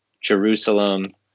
Jerusalem